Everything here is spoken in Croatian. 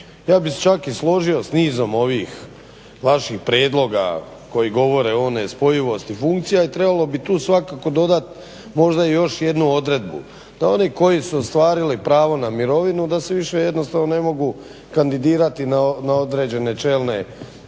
Ja bih se čak i složio s nizom ovih vaših prijedloga koji govore o nespojivosti funkcija i trebalo bi tu svakako dodat možda još jednu odredbu da oni koji su ostvarili pravo na mirovinu da se više jednostavno ne mogu kandidirati na određene čelne